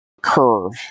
curve